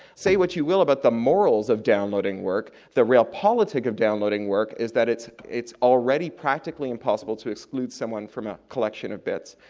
say what you will about the morals of downloading work, the realpolitik of downloading work is that it's it's already practically impossible to exclude someone from ah acollection of bits,